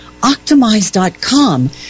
Optimize.com